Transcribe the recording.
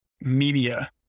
media